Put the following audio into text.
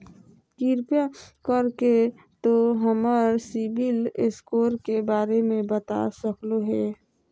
कृपया कर के तों हमर सिबिल स्कोर के बारे में बता सकलो हें?